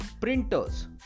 printers